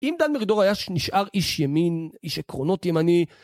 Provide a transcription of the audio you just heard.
אם דן מרידור היה נשאר איש ימין, איש עקרונות ימני...